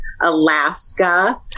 Alaska